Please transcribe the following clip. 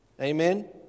Amen